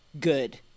good